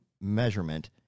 measurement